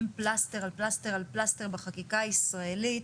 פלסטר על פלסטר על פלסטר בחקיקה הישראלית.